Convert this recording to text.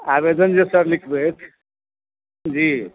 आवेदन जे सर लिखबै जी